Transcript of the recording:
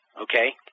okay